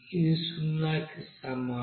అది సున్నాకి సమానం